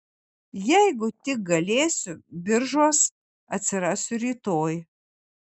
jeigu tik galėsiu biržuos atsirasiu rytoj